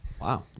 Wow